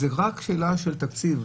זה רק שאלה של תקציב,